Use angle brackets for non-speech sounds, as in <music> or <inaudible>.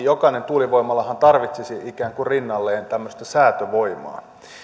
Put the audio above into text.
<unintelligible> jokainen tuulivoimalahan tarvitsisi ikään kuin rinnalleen tämmöistä säätövoimaa